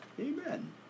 Amen